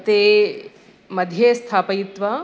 ते मध्ये स्थापयित्वा